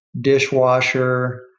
dishwasher